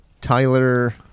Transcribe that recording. Tyler